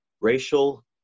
racial